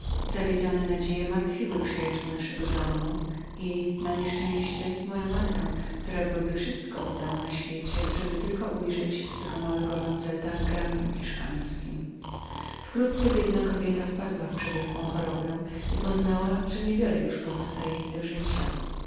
zawiedzione nasze nadzieje martwiły przyjaciół naszego domu i na nieszczęście moją matkę która byłaby wszystko oddała na świecie aby tylko ujrzeć swego małego lonzeta grandem hiszpańskim wkrótce biedna kobieta wpadła w trawiącą gorączkę i poznała że nie wiele już pozostawało jej do życia